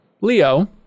Leo